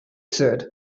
said